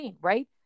Right